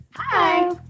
Hi